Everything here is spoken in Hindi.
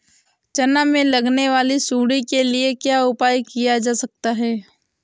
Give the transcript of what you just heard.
चना में लगने वाली सुंडी के लिए क्या उपाय किया जा सकता है?